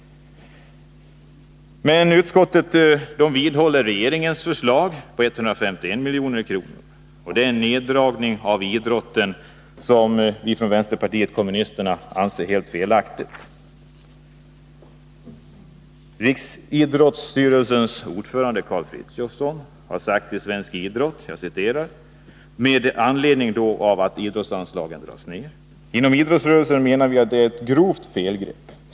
Men utskottet vidhåller regeringens förslag på 151 milj.kr. Det är en neddragning av anslagen till idrotten, som vi från vänsterpartiet kommunisterna anser helt felaktig. Med anledning av att idrottsanslagen minskas har riksidrottsstyrelsens ordförande Karl Frithiofson skrivit följande i tidningen Svensk Idrott: ”Inom idrottsrörelsen menar vi att detta är ett grovt felgrepp.